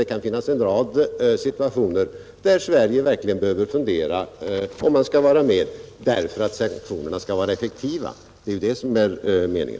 Det kan finnas en rad situationer där Sverige verkligen behöver fundera om man skall vara med för att sanktionerna skall bli effektiva. Det är det som är meningen.